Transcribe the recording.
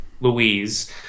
Louise